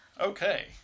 Okay